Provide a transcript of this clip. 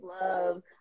love